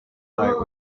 night